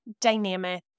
dynamic